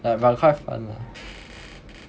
b~ but like quite fun lah